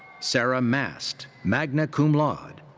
sarah mast, magna cum laude.